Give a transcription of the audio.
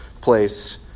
place